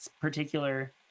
particular